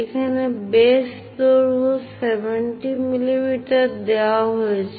এখানে বেস দৈর্ঘ্য 70 mm দেওয়া হয়েছে